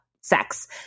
sex